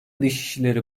dışişleri